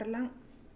बारलां